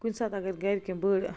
کُنہِ ساتہٕ اگر گھرِکٮ۪ن بٔڑ